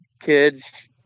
kids